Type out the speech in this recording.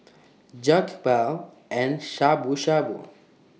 Jokbal and Shabu Shabu